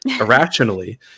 irrationally